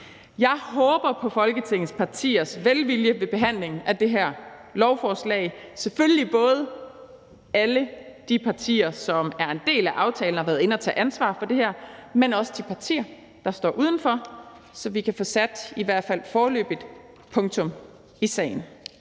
Jeg håber på Folketingets partiers velvilje ved behandlingen af det her lovforslag, selvfølgelig både alle de partier, som er en del af aftalen, og som har været inde at tage ansvar for det her, men også de partier, der står udenfor, så vi kan få sat et i hvert fald foreløbigt punktum i sagen.